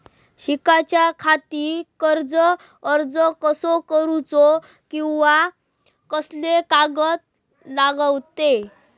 शिकाच्याखाती कर्ज अर्ज कसो करुचो कीवा कसले कागद लागतले?